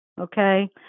Okay